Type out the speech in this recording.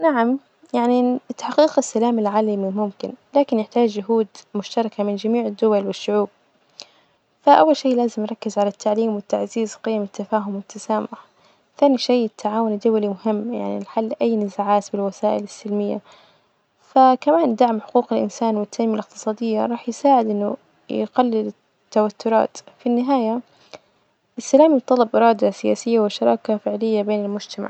نعم يعني إن- تحقيق السلام العالمي ممكن لكن يحتاج جهود مشتركة من جميع الدول والشعوب، فأول شي لازم نركز على التعليم وتعزيز قيم التفاهم والتسامح، ثاني شي التعاون الدولي مهم، يعني الحل لأي نزاعات في الوسائل السلمية، فكمان دعم حقوق الإنسان والتنمية الإقتصادية راح يساعد إنه يقلل التوترات، في النهاية السلام يتطلب إرادة سياسية وشراكة فعلية بين المجتمع.